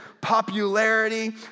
popularity